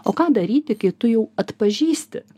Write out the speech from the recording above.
o ką daryti kai tu jau atpažįsti